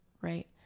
right